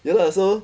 ya lah so